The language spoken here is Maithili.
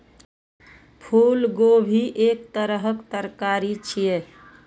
फूलगोभी एक तरहक तरकारी छियै